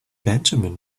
benjamin